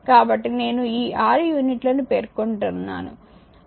కాబట్టి నేను ఈ 6 యూనిట్లని పేర్కొంటున్నాను 1